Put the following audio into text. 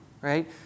right